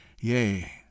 yea